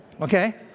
Okay